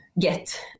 get